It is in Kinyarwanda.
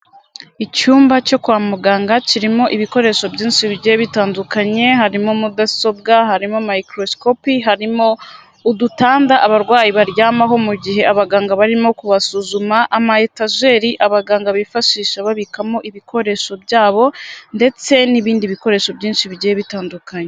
Icyumba cyo kwa muganga kirimo ibikoresho byinshi bigiye bitandukanye, harimo mudasobwa, harimo microscopy, harimo udutanda abarwayi baryamaho mu gihe abaganga barimo kubasuzuma, ametageri abaganga bifashisha babikamo ibikoresho byabo, ndetse n'ibindi bikoresho byinshi bigiye bitandukanye.